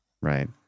Right